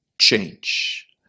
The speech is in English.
change